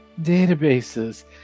databases